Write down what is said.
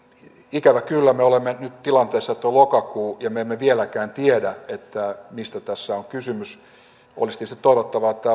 ikävä kyllä me olemme nyt nyt tilanteessa että on lokakuu ja me emme vieläkään tiedä mistä tässä on kysymys olisi tietysti toivottavaa että